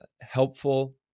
helpful